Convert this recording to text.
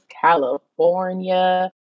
California